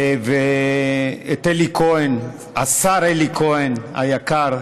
ואת השר אלי כהן היקר,